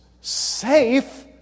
safe